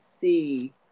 see